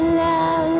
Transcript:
love